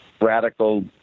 radical